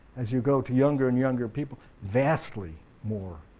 as you go to younger and younger people, vastly more